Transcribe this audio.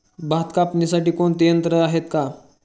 भात कापणीसाठी कोणते यंत्र आहेत का?